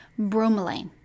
bromelain